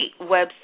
website